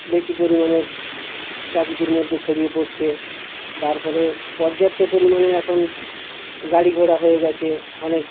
বেশি পরিমাণে প্রকৃতির মধ্যে ছড়িয়ে পড়ছে তারপরে পর্যাপ্ত পরিমাণে এখন গাড়িঘোড়া হয়ে গিয়েছে অনেক